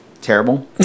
Terrible